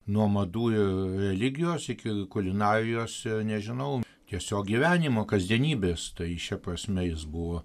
nuo madų ir religijos iki kulinarijos nežinau tiesiog gyvenimo kasdienybės tai šia prasme jis buvo